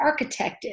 architected